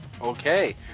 Okay